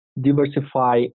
Diversify